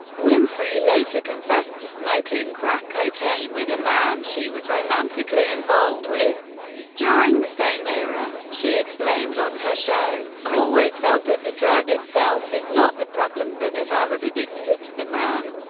winfrey later confessed to smoking crack cocaine with a man she was romantically involved with during the same era. she explained on her show i always felt that the drug itself is not the problem, but that i was addicted to the man.